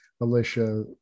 Alicia